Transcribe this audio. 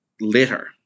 later